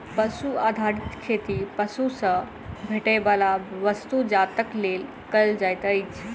पशु आधारित खेती पशु सॅ भेटैयबला वस्तु जातक लेल कयल जाइत अछि